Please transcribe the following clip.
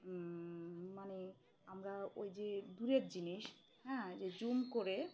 মানে আমরা ওই যে দূরের জিনিস হ্যাঁ যে জুম করে